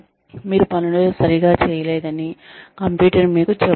మీరు పనులు సరిగ్గా చేయలేదని కంప్యూటర్ మీకు చెబుతుంది